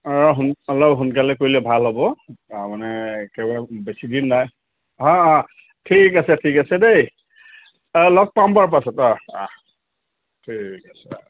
অঁ সোন্ অলপ সোনকালে কৰিলে ভাল হ'ব তাৰমানে একেবাৰে বেছিদিন নাই হা ঠিক আছে ঠিক আছে দেই লগ পাম পাছত অহ্ অহ্ ঠিক আছে